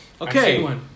Okay